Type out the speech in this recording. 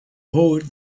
hold